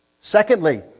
Secondly